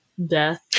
death